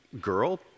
girl